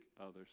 others